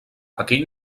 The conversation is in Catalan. aquell